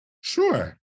Sure